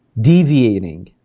deviating